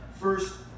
first